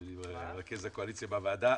אדוני מרכז הקואליציה בוועדה.